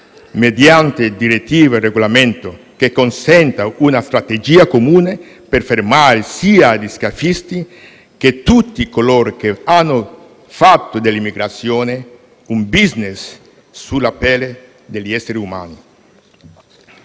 mediante direttiva o regolamento, che consenta una strategia comune per fermare sia gli scafisti che tutti coloro che hanno fatto dell'immigrazione un *business* sulla pelle di tanti esseri umani.